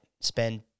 spend